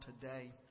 today